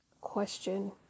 question